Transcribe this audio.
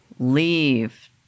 leave